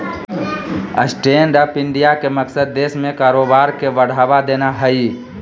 stand up India के मकसद देश में कारोबार के बढ़ावा देना हइ